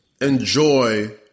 enjoy